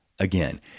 Again